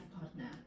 partner